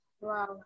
wow